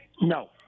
No